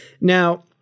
Now